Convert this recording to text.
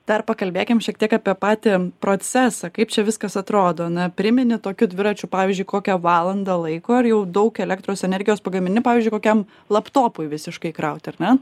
dar pakalbėkim šiek tiek apie patį procesą kaip čia viskas atrodo na primini tokiu dviračiu pavyzdžiui kokią valandą laiko ar jau daug elektros energijos pagamini pavyzdžiui kokiam laptopui visiškai įkraut ar ne